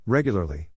Regularly